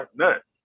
nuts